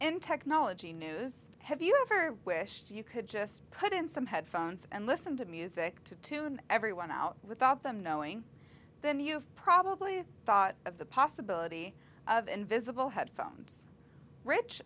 in technology news have you ever wished you could just put in some headphones and listen to music to tune everyone out without them knowing then you've probably thought of the possibility of invisible headphones rich